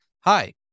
hi